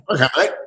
Okay